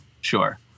Sure